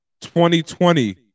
2020